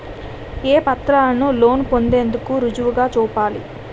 ఏ పత్రాలను లోన్ పొందేందుకు రుజువుగా చూపాలి?